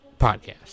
Podcast